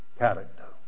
character